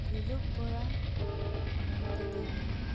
Golok Bora Ananta Daimari